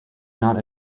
not